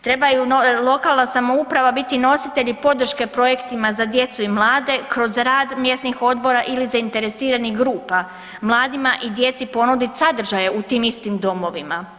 trebaju lokalna samouprava biti nositelji podrške projektima za djecu i mlade kroz rad mjesnih odbora ili zainteresiranih grupa, mladima i djeci ponuditi sadržaje u tim istim domovima.